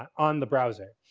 on the browser.